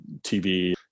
TV